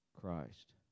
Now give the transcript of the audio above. Christ